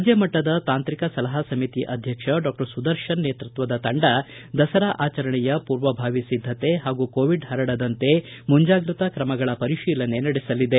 ರಾಜ್ಯ ಮಟ್ಟದ ತಾಂತ್ರಿಕ ಸಲಹಾ ಸಮಿತಿ ಅಧ್ಯಕ್ಷ ಡಾ ಸುದರ್ಶನ ನೇತೃತ್ವದ ತಂಡ ದಸರಾ ಆಚರಣೆಯ ಪೂರ್ವಭಾವಿ ಸಿದ್ದತೆ ಹಾಗೂ ಕೋವಿಡ್ ಪರಡದಂತೆ ಮುಂಚಾಗ್ರತಾ ಕ್ರಮಗಳ ಪರಿಶೀಲನೆ ನಡೆಸಲಿದೆ